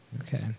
Okay